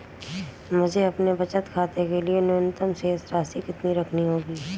मुझे अपने बचत खाते के लिए न्यूनतम शेष राशि कितनी रखनी होगी?